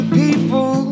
people